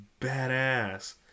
badass